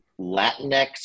Latinx